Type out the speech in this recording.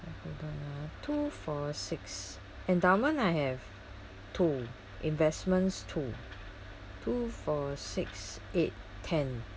hold on ah two four six endowment I have two investments two two four six eight ten